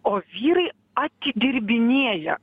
o vyrai atidirbinėja